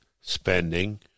spending